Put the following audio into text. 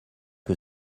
que